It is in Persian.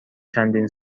چندین